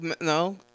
no